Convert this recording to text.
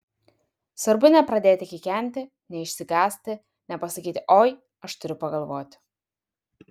svarbu nepradėti kikenti neišsigąsti nepasakyti oi aš turiu pagalvoti